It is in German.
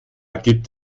gibt